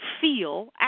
feel